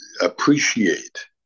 appreciate